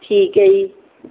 ਠੀਕ ਹੈ ਜੀ